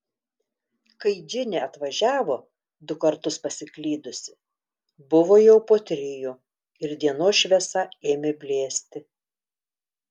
kai džinė atvažiavo du kartus pasiklydusi buvo jau po trijų ir dienos šviesa ėmė blėsti